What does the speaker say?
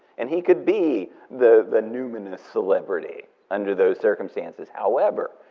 and he could be the numinous celebrity under those circumstances. however,